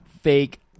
fake